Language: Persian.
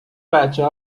بچه